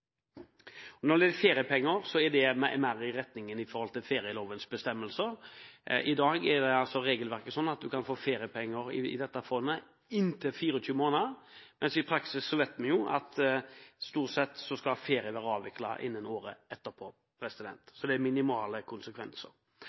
Når det gjelder endringene for feriepenger, er de mer i tråd med ferielovens bestemmelser. I dag er regelverket slik at man kan få feriepenger i inntil 24 måneder, men vi vet jo at ferien i praksis stort sett skal være avviklet innen året etterpå, så det får minimale konsekvenser.